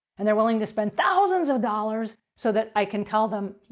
and they're willing to spend thousands of dollars so that i can tell them,